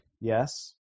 Yes